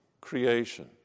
creation